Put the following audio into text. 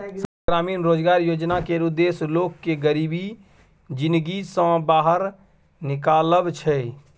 संपुर्ण ग्रामीण रोजगार योजना केर उद्देश्य लोक केँ गरीबी जिनगी सँ बाहर निकालब छै